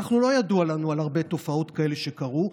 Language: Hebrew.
לא ידוע לנו על הרבה מקרים כאלה שקרו,